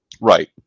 Right